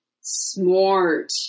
Smart